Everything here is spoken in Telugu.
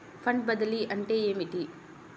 ఫండ్ బదిలీ అంటే ఏమిటి?